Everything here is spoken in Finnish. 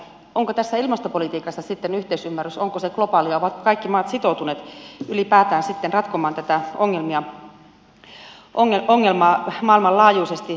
onko tässä ilmastopolitiikassa sitten yhteisymmärrys onko se globaalia ovatko kaikki maat sitoutuneet ylipäätään ratkomaan tätä ongelmaa maailmanlaajuisesti